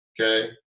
Okay